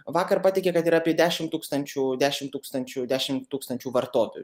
vakar pateikė kad yra apie dešimt tūkstančių dešimt tūkstančių dešimt tūkstančių vartotojų